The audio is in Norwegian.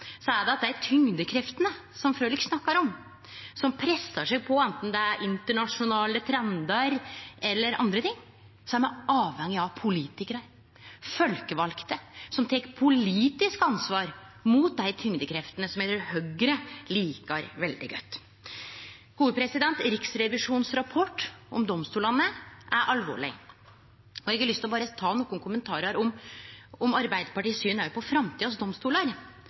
så er det at med dei tyngdekreftene som representanten Frølich snakkar om, som pressar seg på anten det er internasjonale trendar eller andre ting, så er me avhengige av politikarar, folkevalde, som tek politisk ansvar mot dei tyngdekreftene som Høgre likar veldig godt. Riksrevisjonens rapport om domstolane er alvorleg. Eg har berre lyst til å gje nokre kommentarar om Arbeidarpartiet sitt syn på framtidas domstolar,